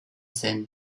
zen